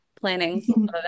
planning